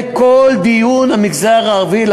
בכל דיון עולה המגזר הערבי,